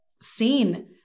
seen